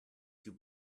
più